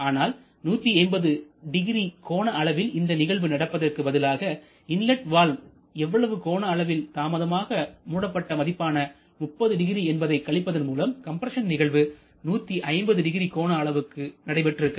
ஆனால் 1800 கோண அளவில் இந்த நிகழ்வு நடப்பதற்கு பதிலாக இன்லட் வால்வு எவ்வளவு கோண அளவில் தாமதமாக மூடப்பட்ட மதிப்பான 300 என்பதை கழிப்பதன் மூலம் கம்ப்ரஸன் நிகழ்வு 1500 கோண அளவுகளுக்கு நடைபெற்றிருக்கிறது